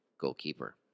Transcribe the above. goalkeeper